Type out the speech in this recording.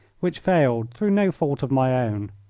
which failed through no fault of my own,